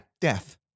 death